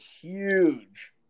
huge